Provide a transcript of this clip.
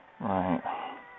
Right